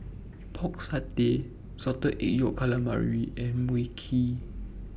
Pork Satay Salted Egg Yolk Calamari and Mui Kee